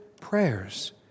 prayers